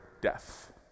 death